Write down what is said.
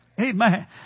Amen